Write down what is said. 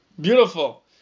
Beautiful